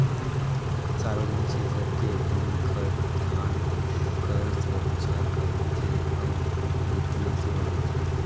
सार्वजनिक छेत्र के बेंक हर धन कर सुरक्छा करथे अउ बित्तीय सेवा देथे